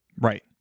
Right